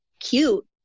cute